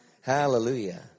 Hallelujah